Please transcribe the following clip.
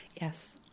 Yes